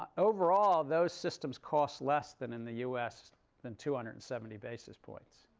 ah overall, those systems cost less than in the us then two hundred and seventy basis points.